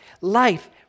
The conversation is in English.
life